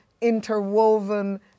interwoven